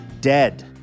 Dead